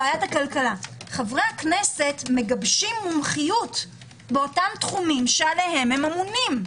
ועדת הכלכלה חברי הכנסת מגבשים מומחיות בתחומים שעליהם הם אמונים.